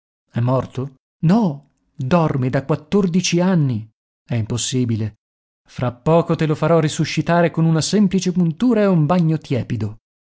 è morto no dorme da quattordici anni è impossibile fra poco te lo farò risuscitare con una semplice puntura e un bagno tiepido